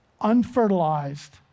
unfertilized